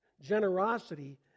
Generosity